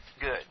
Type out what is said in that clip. Good